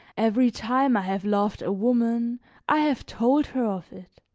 every time i have loved a woman i have told her of it,